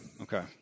Okay